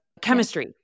chemistry